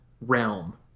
realm